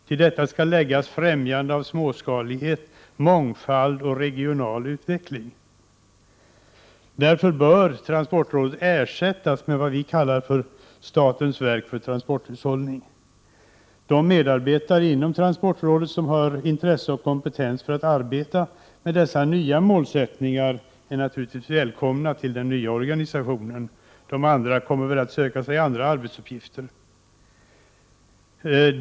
Till detta skall läggas främjande av småskalighet, mångfald och regional utveckling. Därför bör transportrådet ersättas med vad vi har kallat: Statens verk för transporthushållning. De medarbetare inom transportrådet som har intresse och kompetens för att arbeta med dessa nya målsättningar är naturligtvis välkomna till den nya organistionen; de andra kommer väl att söka sig andra arbetsuppgifter.